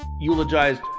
eulogized